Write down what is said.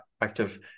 active